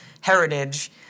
heritage